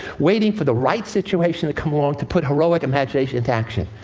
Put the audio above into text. waiting for the right situation to come along to put heroic imagination into action?